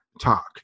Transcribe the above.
talk